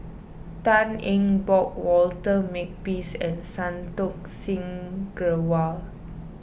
Tan Eng Bock Walter Makepeace and Santokh Singh Grewal